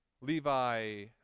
Levi